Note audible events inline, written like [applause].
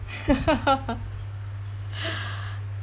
[laughs]